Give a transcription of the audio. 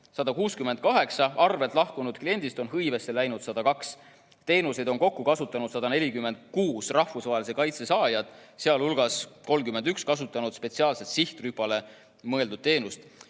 168-st arvelt lahkunud kliendist on hõivesse läinud 102. Teenuseid on kokku kasutanud 146 rahvusvahelise kaitse saajat, sealhulgas on 31 kasutanud spetsiaalselt sihtrühmale mõeldud teenust.